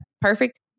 Perfect